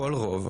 כל רוב,